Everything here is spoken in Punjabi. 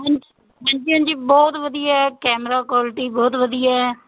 ਹਾਂਜੀ ਹਾਂਜੀ ਹਾਂਜੀ ਬਹੁਤ ਵਧੀਆ ਹੈ ਕੈਮਰਾ ਕੁਆਲਿਟੀ ਬਹੁਤ ਵਧੀਆ ਹੈ